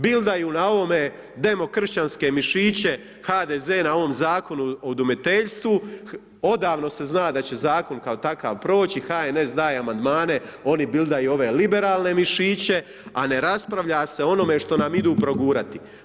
Bildaju na ovome demokršćanske mišiće, HDZ na ovom Zakonu o udomiteljstvu, odavno se zna da će Zakon kao takav, proći, HNS daje Amandmane, oni bildaju ove liberalne mišiće, a ne raspravlja se o onome što nam idu progurati.